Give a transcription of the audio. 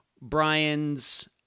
Brian's